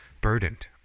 burdened